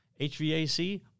HVAC